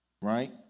right